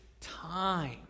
time